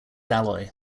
alloy